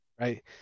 right